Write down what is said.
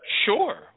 Sure